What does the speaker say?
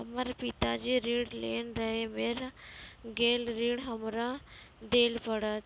हमर पिताजी ऋण लेने रहे मेर गेल ऋण हमरा देल पड़त?